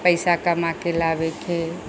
पैसा कमाके लाबेके